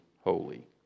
holy